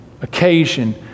Occasion